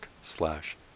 slash